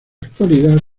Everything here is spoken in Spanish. actualidad